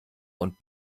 und